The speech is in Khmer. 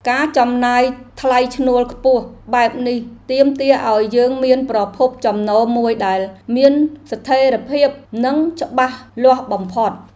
ការចំណាយថ្លៃឈ្នួលខ្ពស់បែបនេះទាមទារឱ្យយើងមានប្រភពចំណូលមួយដែលមានស្ថិរភាពនិងច្បាស់លាស់បំផុត។